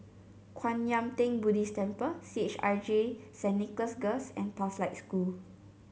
Kwan Yam Theng Buddhist Temple C H I J Saint Nicholas Girls and Pathlight School